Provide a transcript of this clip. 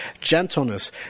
gentleness